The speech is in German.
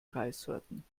reissorten